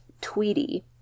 Tweety